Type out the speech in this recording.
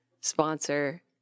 sponsor